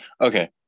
Okay